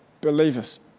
believers